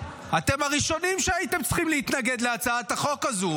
אתם הראשונים שהייתם צריכים להתנגד להצעת החוק הזאת.